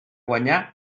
guanyar